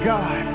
God